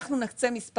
אנחנו נקצה מספרים,